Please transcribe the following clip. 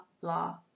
blah